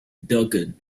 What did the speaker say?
dugan